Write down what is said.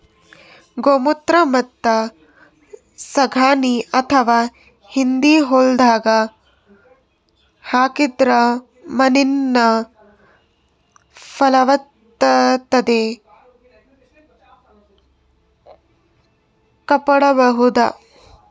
ಗೋಮೂತ್ರ ಮತ್ತ್ ಸಗಣಿ ಅಥವಾ ಹೆಂಡಿ ಹೊಲ್ದಾಗ ಹಾಕಿದ್ರ ಮಣ್ಣಿನ್ ಫಲವತ್ತತೆ ಕಾಪಾಡಬಹುದ್